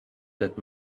that